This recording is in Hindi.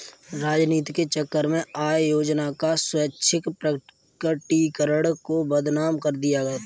राजनीति के चक्कर में आय योजना का स्वैच्छिक प्रकटीकरण को बदनाम कर दिया गया था